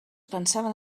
pensaven